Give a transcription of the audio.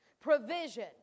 provision